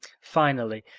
finally,